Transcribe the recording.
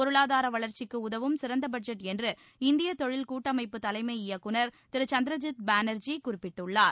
பொருளாதார வளர்ச்சிக்கு உதவும் சிறந்த பட்ஜெட் என்று இந்திய தொழில் கூட்டமைப்பு தலைம இயக்குநர் திரு சந்திரஜித் பானர்ஜி குறிப்பிட்டுள்ளார்